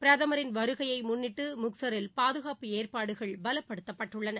பிரதமரின் வருகையைமுன்னிட்டு முக்சரில் பாதுகாப்பு ஏற்பாடுகள் பலப்படுத்தப்பட்டுள்ளன